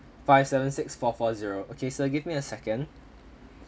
five seven six four four zero okay sir give me a second